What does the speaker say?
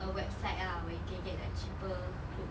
a website ah where you can get like cheaper clothes